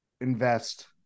invest